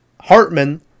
hartman